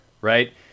right